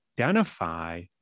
identify